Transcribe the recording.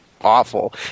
awful